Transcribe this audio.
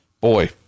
boy